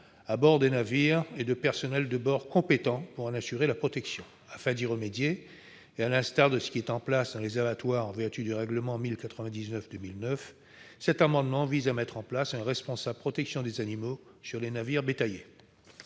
à bord des navires et de personnel de bord compétent pour en assurer la protection. Afin d'y remédier, et à l'instar de ce qui est en place dans les abattoirs en vertu du règlement n° 1099/2009, cet amendement vise à mettre en place un responsable de la protection des animaux sur les navires bétaillers.